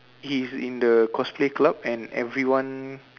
he's in the cosplay club and everyone